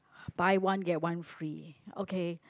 buy one get one free okay